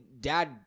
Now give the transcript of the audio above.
dad